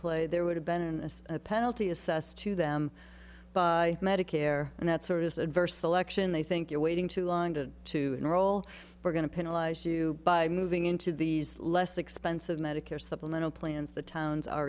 play there would have been as a penalty assessed to them by medicare and that sort of adverse selection they think you're waiting too long to to enroll we're going to penalize too by moving into these less expensive medicare supplemental plans the towns are